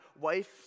wife